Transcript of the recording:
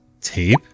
Tape